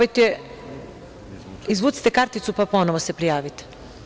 Izvucite karticu pa se ponovo prijavite.